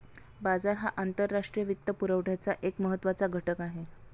बाजार हा आंतरराष्ट्रीय वित्तपुरवठ्याचा एक महत्त्वाचा घटक आहे